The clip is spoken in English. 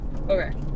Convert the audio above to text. okay